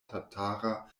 tatara